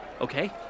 okay